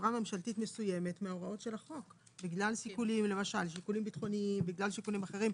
חברה ממשלתית מסוימת מהוראות החוק בכלל שיקולים ביטחוניים ואחרים.